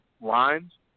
lines